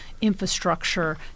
infrastructure